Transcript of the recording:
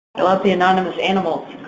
i love the anonymous animals.